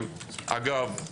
אגב,